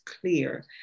clear